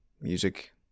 Music